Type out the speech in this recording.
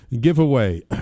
giveaway